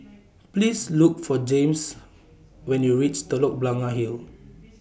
Please Look For Jaymes when YOU REACH Telok Blangah Hill